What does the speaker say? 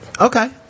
okay